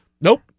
Nope